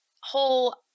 whole